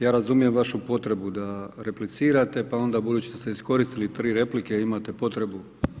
Ja razumijem vašu potrebu da replicirate, pa onda budući da ste iskoristili tri replike imate potrebu.